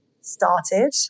started